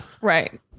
Right